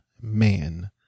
man